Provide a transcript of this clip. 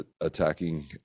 attacking